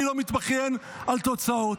אני לא מתבכיין על תוצאות.